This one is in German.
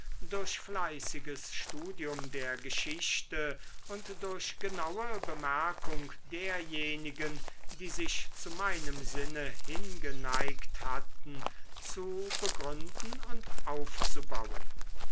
durch fleißiges studium der geschichte und durch genaue bemerkung derjenigen die sich zu meinem sinne hingeneigt hatten zu begründen und aufzubauen